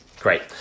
Great